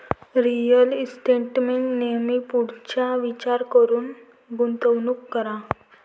real इस्टेटमध्ये नेहमी पुढचा विचार करून गुंतवणूक करा